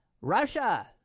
Russia